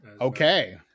okay